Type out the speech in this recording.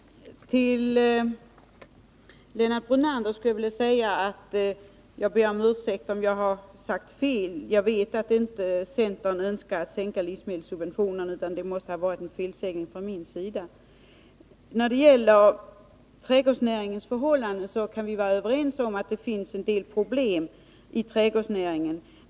Till Lennart Brunander vill jag säga att jag ber om ursäkt om jag har sagt fel. Jag vet att centern inte önskar sänka livsmedelssubventionerna, och jag måste därför ha gjort mig skyldig till en felsägning. När det gäller trädgårdsnäringens förhållanden kan vi vara överens om att dessa inrymmer en del problem.